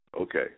Okay